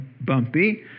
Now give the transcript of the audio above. bumpy